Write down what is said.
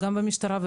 גם במשטרה,